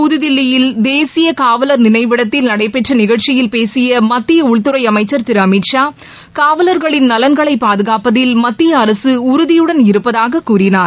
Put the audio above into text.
புதுதில்லியில் தேசிய காவலர் நினைவிடத்தில் நடைபெற்ற நிகழ்ச்சியில் பேசிய மத்திய உள்துறை அமைச்சர் திரு அமித் ஷா காவலர்களின் நலன்களை பாதுகாப்பதில் மத்திய அரசு உறுதியுடன் இருப்பதாக கூறினார்